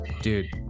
Dude